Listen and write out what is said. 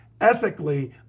ethically